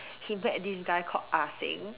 he met this guy called ah Seng